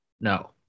No